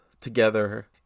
together